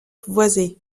voisée